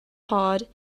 pod